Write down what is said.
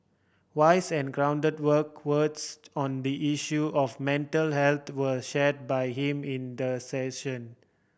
wise and grounded words on the issue of mental health were shared by him in the session